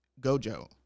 Gojo